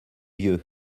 vieux